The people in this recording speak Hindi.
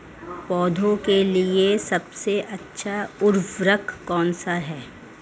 पौधों के लिए सबसे अच्छा उर्वरक कौनसा हैं?